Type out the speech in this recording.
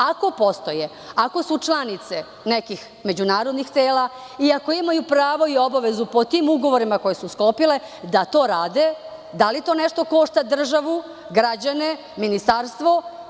Ako postoje, ako su članice nekih međunarodnih tela i ako imaju prava i obaveze pod tim ugovorima koje su sklopile da to rade, da li to nešto košta državu, građane, ministarstvo?